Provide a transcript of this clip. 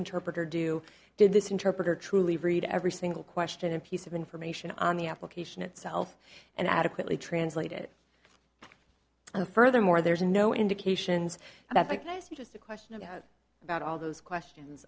interpreter do did this interpreter truly read every single question and piece of information on the application itself and adequately translate it and furthermore there's no indications about just a question about all those questions